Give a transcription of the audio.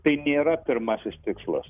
tai nėra pirmasis tikslas